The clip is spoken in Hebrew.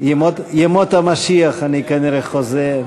ימות המשיח, אני כנראה חוזה.